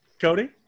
Cody